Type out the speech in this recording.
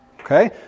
Okay